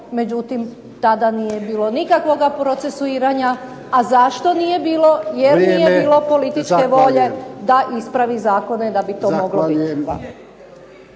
Međutim tada nije bilo nikakvog procesuiranja. A zašto nije bilo? Jer nije bilo političke volje da ispravi zakone da bi to moglo biti